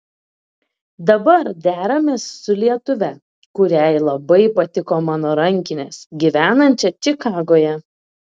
dabar deramės su lietuve kuriai labai patiko mano rankinės gyvenančia čikagoje